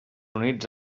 units